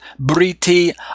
briti